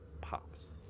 pops